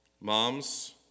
Moms